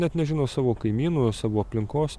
net nežino savo kaimynų savo aplinkos